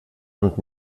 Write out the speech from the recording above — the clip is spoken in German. und